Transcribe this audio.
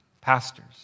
pastors